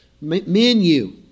menu